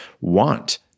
want